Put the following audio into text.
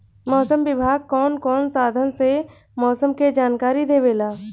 मौसम विभाग कौन कौने साधन से मोसम के जानकारी देवेला?